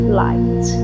light